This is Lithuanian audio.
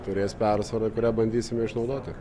turės persvarą kurią bandysime išnaudoti